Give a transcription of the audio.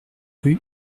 rue